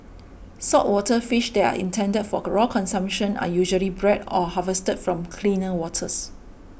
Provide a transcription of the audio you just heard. saltwater fish that are intended for raw consumption are usually bred or harvested from cleaner waters